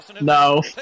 No